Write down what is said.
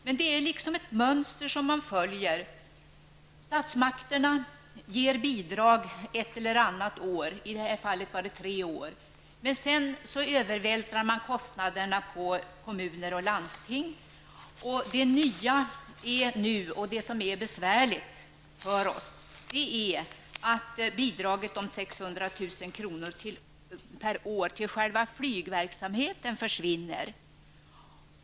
Men det är liksom ett mönster som man följer och som innebär att statsmakterna ger bidrag ett eller annat år — i det här fallet var det fråga om tre år — men att kostnaderna sedan övervältras på kommuner och landsting. Det nya, och det som är besvärligt för oss, är att bidraget om 600 000 kr. Luftfartsverkets verksamhet per år till själva flygverksamheten försvinner.